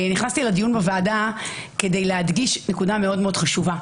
נכנסתי לדיון בוועדה כדי להדגיש נקודה מאוד מאוד חשובה.